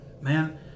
Man